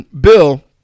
Bill